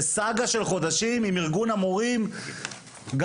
זה סאגה של חודשים עם ארגון המורים גם